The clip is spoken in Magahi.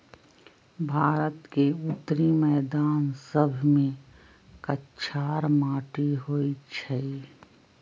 भारत के उत्तरी मैदान सभमें कछार माटि होइ छइ